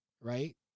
right